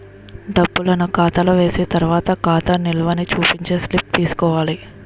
డబ్బులను ఖాతాలో వేసిన తర్వాత ఖాతా నిల్వని చూపించే స్లిప్ తీసుకోవాలి